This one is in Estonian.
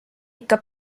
ikka